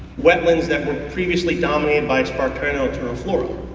weapons that were previously dominated by sparcterno terreflora.